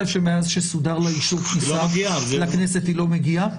לב שמאז שסודר לה אישור כניסה לכנסת היא לא מגיעה?